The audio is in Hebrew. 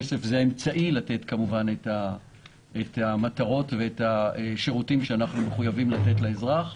כסף זה האמצעי לתת כמובן את השירותים שאנחנו מחויבים לתת לאזרח.